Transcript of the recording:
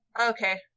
Okay